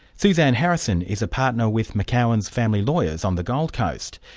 suzanne harrison is a partner with mcgowan's family lawyers on the gold coast.